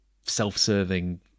self-serving